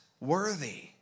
worthy